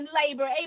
labor